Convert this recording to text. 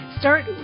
Start